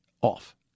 Off